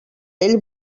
ell